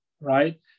right